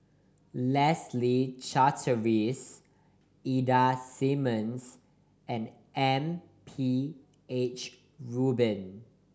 Leslie Charteris Ida Simmons and M P H Rubin